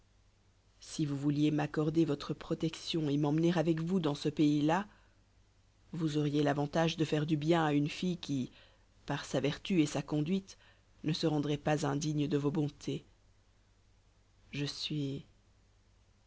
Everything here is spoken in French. si vous vouliez m'accorder votre protection et m'emmener avec vous dans ce pays-là vous auriez l'avantage de faire du bien à une fille qui par sa vertu et sa conduite ne se rendroit pas indigne de vos bontés je suis